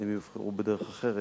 אבל אם יבחרו בדרך אחרת,